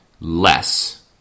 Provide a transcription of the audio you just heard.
less